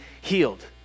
healed